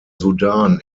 sudan